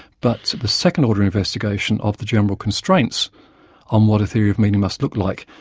but the second-order investigation of the general constraints on what a theory of meaning must look like,